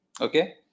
Okay